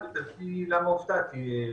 תיכף תביני למה הופתעתי,